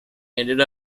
ended